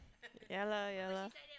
ya lah ya lah